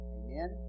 amen